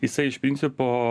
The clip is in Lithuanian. jisai iš principo